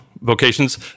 vocations